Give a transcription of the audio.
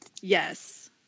Yes